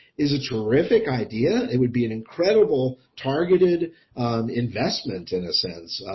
is a terrific idea it would be an incredible targeted investment in a sense,